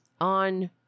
on